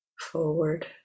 forward